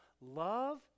love